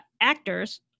actors